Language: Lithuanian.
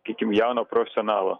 sakykim jauno profesionalo